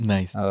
Nice